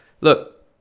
Look